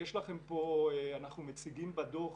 אנחנו מציגים בדוח